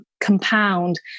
compound